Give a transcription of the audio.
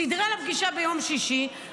סידרה לה פגישה ביום שישי.